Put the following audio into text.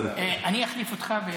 אני אחליף אותך.